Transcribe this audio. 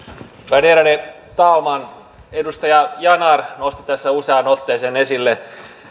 värderade talman edustaja yanar nosti tässä useaan otteeseen esille